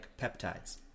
peptides